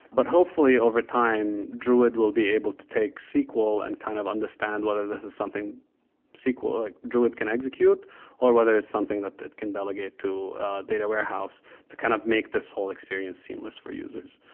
but hopefully overtime druid will be able to take sql and kind of understand whether this is something like druid can execute or whether it's something that it can delegate to a data warehouse to kind of make this whole experience seamless for users,